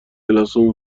کلاسمون